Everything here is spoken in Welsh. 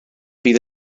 bydd